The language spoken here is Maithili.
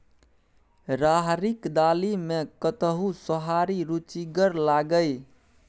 राहरिक दालि मे कतहु सोहारी रुचिगर लागय?